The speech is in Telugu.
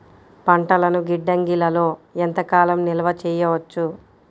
పంటలను గిడ్డంగిలలో ఎంత కాలం నిలవ చెయ్యవచ్చు?